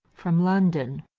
from london.